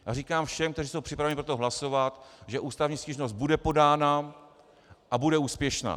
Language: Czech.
A říkám všem, kteří jsou připraveni pro to hlasovat, že ústavní stížnost bude podána a bude úspěšná.